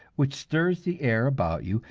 which stirs the air about you,